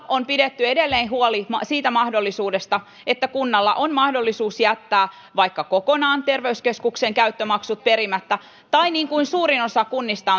on pidetty edelleen huoli siitä että kunnalla on mahdollisuus jättää vaikka kokonaan terveyskeskuksen käyttömaksut perimättä tai niin kuin suurin osa kunnista